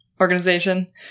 organization